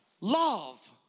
love